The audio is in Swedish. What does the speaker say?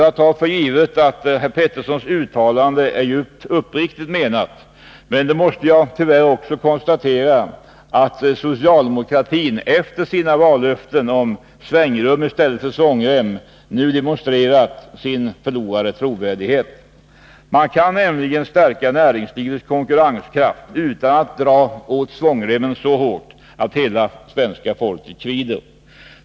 Jag tar för givet att herr Petersons uttalande är djupt uppriktigt menat, men då måste jag tyvärr också konstatera att socialdemokratin efter sina vallöften om ”svängrum i stället för svångrem” nu demonstrerat sin förlorade trovärdighet. Man kan nämligen stärka näringslivets konkurrenskraft utan att dra åt svångremmen så hårt att hela svenska folket kvider.